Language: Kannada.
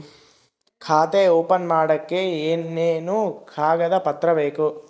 ಖಾತೆ ಓಪನ್ ಮಾಡಕ್ಕೆ ಏನೇನು ಕಾಗದ ಪತ್ರ ಬೇಕು?